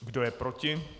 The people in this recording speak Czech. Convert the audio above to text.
Kdo je proti?